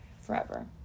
forever